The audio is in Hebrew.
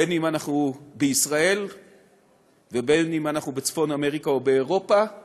בין שאנחנו בישראל ובין שאנחנו בצפון אמריקה או באירופה;